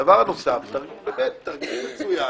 הדבר הנוסף, באמת תרגיל מצוין